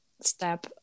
step